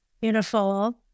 Beautiful